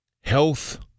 Health